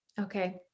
Okay